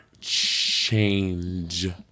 change